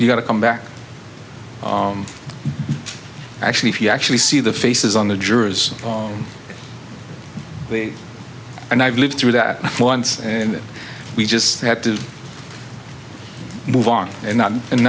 you've got a comeback actually if you actually see the faces on the jurors and i've lived through that once and we just have to move on and not and